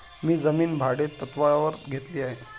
मी जमीन भाडेतत्त्वावर घेतली आहे